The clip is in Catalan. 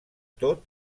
tot